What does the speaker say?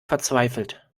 verzweifelt